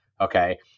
Okay